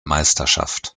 meisterschaft